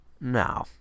No